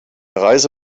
reise